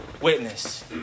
witness